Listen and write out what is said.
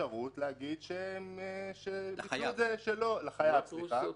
אפשרות להגיד --- מה פירוש שזה אוטומטי?